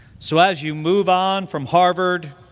so as you move on from harvard,